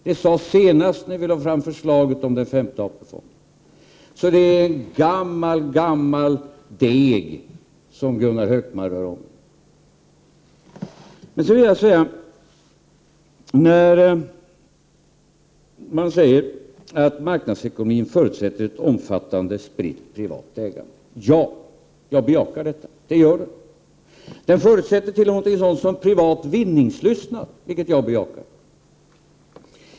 Det sades senast när vi lade fram förslaget om den femte AP-fonden. Det är en gammal deg som Gunnar Hökmark rör om. Man säger att marknadsekonomin förutsätter ett omfattande spritt privat ägande. Ja, jag bejakar detta, för det gör den. Den förutsätter t.o.m. något som heter privat vinningslystnad, vilket jag också bejakar.